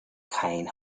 kein